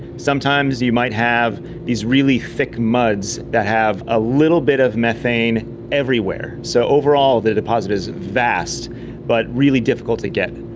sometimes you might have these really thick muds that have a little bit of methane everywhere, so overall the deposit is vast but really difficult to get.